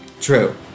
true